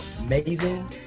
amazing